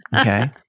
okay